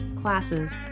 classes